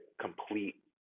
complete